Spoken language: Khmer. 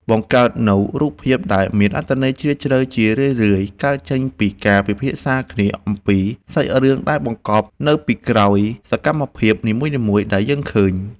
បង្កើតនូវរូបភាពដែលមានអត្ថន័យជ្រាលជ្រៅជារឿយៗកើតចេញពីការពិភាក្សាគ្នាអំពីសាច់រឿងដែលបង្កប់នៅពីក្រោយសកម្មភាពនីមួយៗដែលយើងឃើញ។